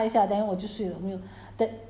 我我就这样刷牙洗头